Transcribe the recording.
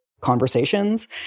conversations